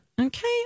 Okay